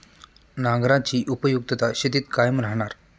नांगराची उपयुक्तता शेतीत कायम राहणार